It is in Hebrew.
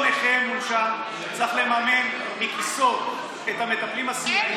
נכה מונשם צריך לממן מכיסו את המטפלים הסיעודיים,